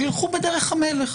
שילכו בדרך המלך.